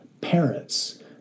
parents